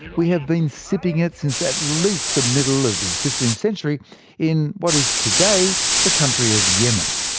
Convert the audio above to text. we have been sipping it since at least the middle of the fifteenth century in what is today the country of yemen.